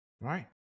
Right